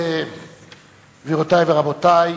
גבירותי ורבותי,